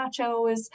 nachos